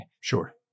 Sure